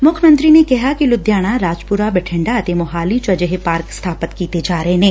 ਮੁੱਖ ਮੰਤਰੀ ਨੇ ਕੈਂਹੈ ਕਿ ਲੁਧਿਆਣਾ ਰਾਜਪੁਰਾ ਬਠਿੰਡਾ ਤੇ ਮੁਹਾਲੀ ਚ ਅਜਿਹੇ ਪਾਰਕ ਸਬਾਪਤ ਕੀਤੇ ਜਾ ਰਹੇ ਨੇ